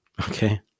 Okay